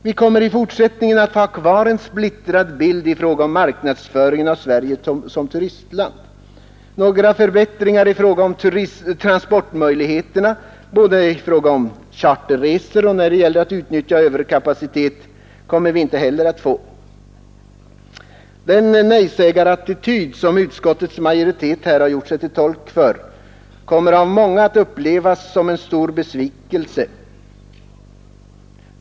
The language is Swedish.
Vi kommer även i fortsättningen att få ha kvar en splittrad bild i fråga om marknadsföringen av Sverige som turistland. Några förbättringar av transportmöjligheterna, både när det gäller charterresor och när det gäller att utnyttja överkapacitet, kommer vi inte heller att få. Den nejsägarattityd som utskottets majoritet här har gjort sig till tolk för kommer av många att upplevas som en stor besvikelse.